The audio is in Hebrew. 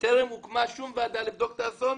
טרם הוקמה שום ועדה לבדיקת האסון